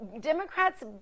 Democrats